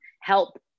help